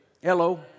Hello